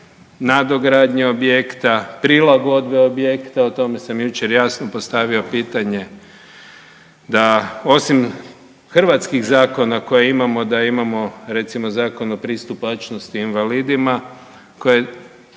nadogradnje objekta, prilagodbe objekta, o tome sam jučer jasno postavio pitanje da osim hrvatskih zakona koje imamo da imamo recimo Zakon o pristupačnosti invalidima koje